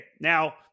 Now